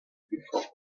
before